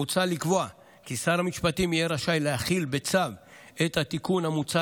מוצע לקבוע כי שר המשפטים יהיה רשאי להחיל בצו את התיקון המוצע